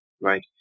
right